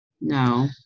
no